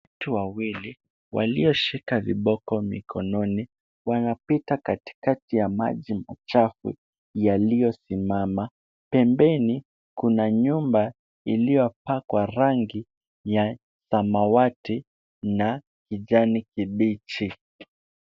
Watu wawili, walioshika viboko mikononi, wanapita katikati ya maji machafu yaliyosimama. Pembeni, kuna nyumba iliyopakwa rangi ya samawati na kijani kibichi.